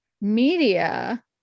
media